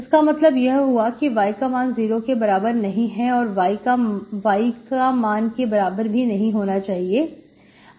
इसका मतलब यह हुआ कि y का मान जीरो के बराबर नहीं है औरy का मान के बराबर भी नहीं होना चाहिए